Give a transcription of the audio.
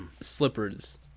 slippers